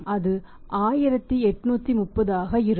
அது 1830 ஆக இருக்கும்